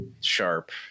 Sharp